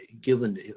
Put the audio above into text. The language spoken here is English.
Given